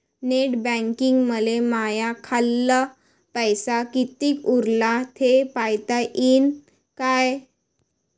Net बँकिंगनं मले माह्या खाल्ल पैसा कितीक उरला थे पायता यीन काय?